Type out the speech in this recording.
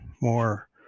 more